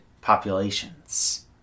populations